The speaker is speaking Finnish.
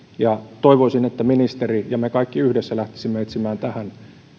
toivoisin että ministeri ja me kaikki yhdessä lähtisimme etsimään tähän